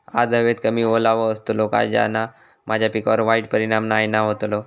आज हवेत कमी ओलावो असतलो काय त्याना माझ्या पिकावर वाईट परिणाम नाय ना व्हतलो?